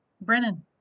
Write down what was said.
Brennan